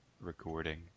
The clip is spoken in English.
recording